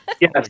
Yes